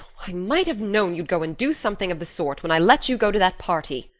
i might have known you'd go and do something of the sort when i let you go to that party,